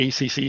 ACC